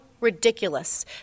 ridiculous